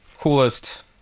coolest